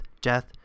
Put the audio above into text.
death